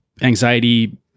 anxiety